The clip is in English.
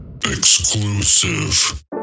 Exclusive